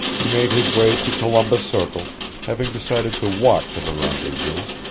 he made his way to columbus circle, having decided to walk to the rendezvous.